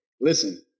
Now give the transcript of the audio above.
listen